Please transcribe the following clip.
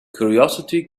curiosity